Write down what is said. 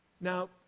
Now